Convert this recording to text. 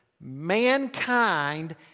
Mankind